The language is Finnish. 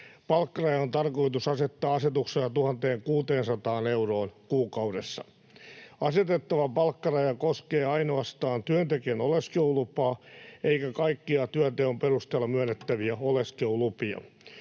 Palkkaraja on tarkoitus asettaa asetuksella 1 600 euroon kuukaudessa. Asetettava palkkaraja koskee ainoastaan työntekijän oleskelulupaa eikä kaikkia työnteon perusteella myönnettäviä oleskelulupia.